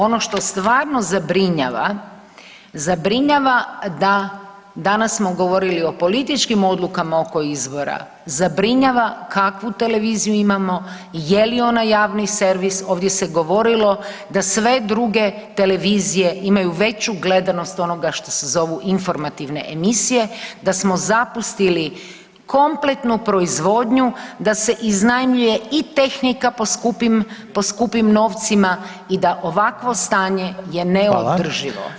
Ono što stvarno zabrinjava zabrinjava da, danas smo govorili o političkim odlukama oko izbora, zabrinjava kakvu televiziju imamo, je li ona javni servis, ovdje se govorilo da sve druge televizije imaju veću gledanost onoga što se zovu informativne emisije, da smo zapustili kompletnu proizvodnju, da se iznajmljuje i tehnika po skupim, po skupim novcima i da ovakvo stanje je neodrživo.